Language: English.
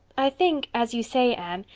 i think, as you say, anne,